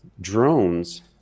drones